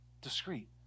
discreet